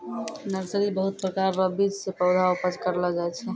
nursery बहुत प्रकार रो बीज से पौधा उपज करलो जाय छै